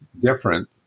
different